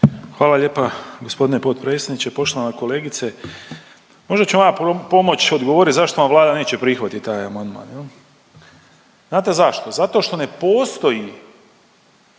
Hvala lijepa g. potpredsjedniče. Poštovana kolegice. Možda ću vam ja pomoć odgovorit zašto vam Vlada neće prihvatit taj amandman. Znate zašto? Zato što ne postoji